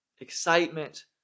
excitement